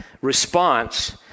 response